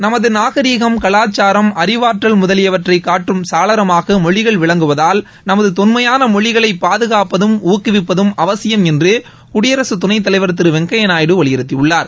நமது நாகரீகம் கலாச்சாரம் அறிவாற்றல் முதலியவற்றை காட்டும் சாளரமாக மொழிகள் விளங்குவதால் தொன்மையான மொழிகளை பாதுகாப்பதும் ஊக்குவிப்பதும் அவசியம் என்று குடியரசு நமது துணைத்தலைவர் திரு வெங்கையா நாயுடு வலியுறுத்தியுள்ளார்